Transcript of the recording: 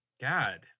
God